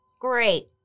Great